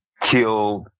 killed